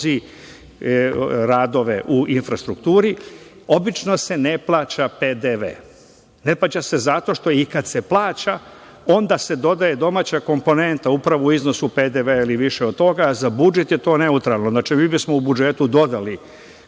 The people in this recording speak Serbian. radove u infrastrukturi obično se ne plaća PDV. Ne plaća se zato i kada se plaća onda se dodaje domaća komponenta upravo u iznosu PDV ili više od toga za budžet je to neutralno, znači mi bismo u budžetu dodali